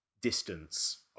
distance